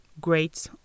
great